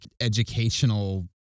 educational